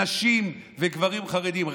נשים וגברים חרדים.